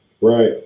Right